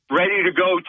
ready-to-go